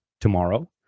tomorrow